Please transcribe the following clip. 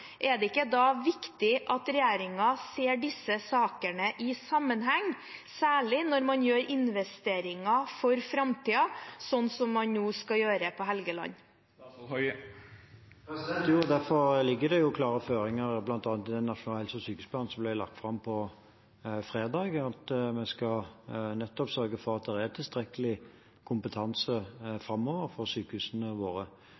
Er det ikke da viktig at regjeringen ser disse sakene i sammenheng, særlig når man gjør investeringer for framtiden, sånn som man nå skal gjøre på Helgeland? Jo, derfor ligger det jo klare føringer, bl.a. i den nasjonale helse- og sykehusplanen som ble lagt fram på fredag, om at vi nettopp skal sørge for at det er tilstrekkelig kompetanse ved sykehusene våre